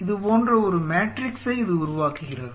இது போன்ற ஒரு மேட்ரிக்ஸை இது உருவாக்குகிறது